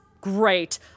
Great